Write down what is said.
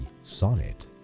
sonnet